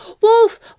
Wolf